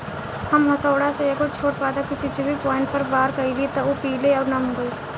हम हथौड़ा से एगो छोट पादप के चिपचिपी पॉइंट पर वार कैनी त उ पीले आउर नम हो गईल